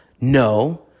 No